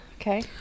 Okay